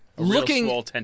Looking